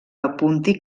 apunti